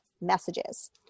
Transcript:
messages